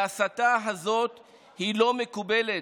וההסתה הזאת היא לא מקובלת.